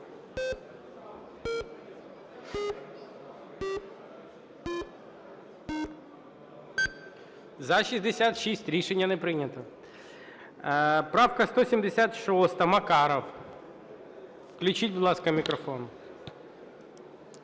За-66 Рішення не прийнято. Правка 176-а, Макаров. Включіть, будь ласка, мікрофон.